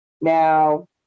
Now